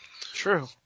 True